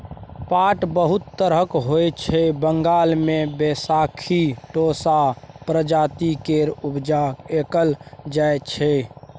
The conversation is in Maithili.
पाट बहुत तरहक होइ छै बंगाल मे बैशाखी टोसा प्रजाति केर उपजा कएल जाइ छै